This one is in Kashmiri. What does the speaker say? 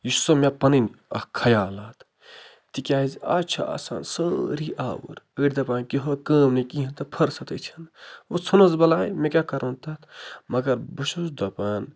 یہِ چھُسو مےٚ پَنٕنۍ اَکھ خیالات تِکیٛازِ آز چھِ آسان سٲری آوُر أڑۍ دَپان کیوہو کٲم نہٕ کیٚنٛہہ تہٕ فٕرسَتٕے چھَنہٕ وٕ ژٕھنُس بَلاے مےٚ کیٛاہ کَرُن تَتھ مگر بہٕ چھُس دَپان